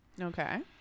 Okay